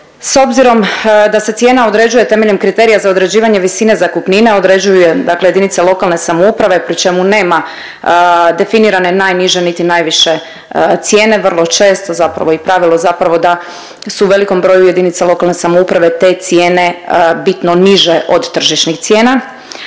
s obzirom da se cijena određuje temeljem kriterija za određivanje visine zakupnine, određuju je dakle JLS pri čemu nema definirane najniže, niti najviše cijene, vrlo često zapravo i pravilo zapravo da su u velikom broju JLS te cijene bitno niže od tržišnih cijena,